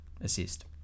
assist